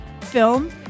film